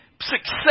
success